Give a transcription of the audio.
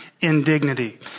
indignity